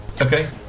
Okay